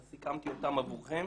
אז סיכמתי אותם עבורכם.